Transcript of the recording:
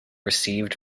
received